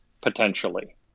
potentially